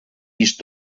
vist